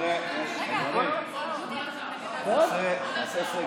השאלה היא איזו אומנות הכי הכי מדברת אליכם,